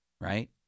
right